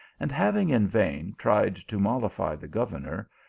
and having in vain tried to mollify the governor,